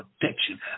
protection